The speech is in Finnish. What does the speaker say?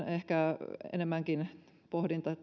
ehkä enemmänkin pohdinta